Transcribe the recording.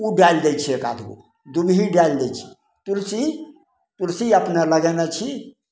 ओ डालि दै छी एकाधगो दुभि डालि दै छी तुलसी तुलसी अपने लगेने छी